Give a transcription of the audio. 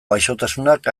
gaixotasunak